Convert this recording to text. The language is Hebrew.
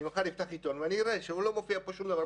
אני מחר אפתח עיתון ואני אראה שלא מופיע כאן שום דבר,